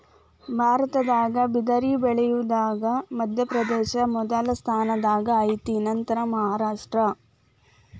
ಭಾರತದಾಗ ಬಿದರ ಬಳಿಯುದರಾಗ ಮಧ್ಯಪ್ರದೇಶ ಮೊದಲ ಸ್ಥಾನದಾಗ ಐತಿ ನಂತರಾ ಮಹಾರಾಷ್ಟ್ರ